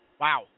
Wow